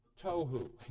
tohu